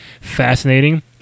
fascinating